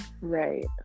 Right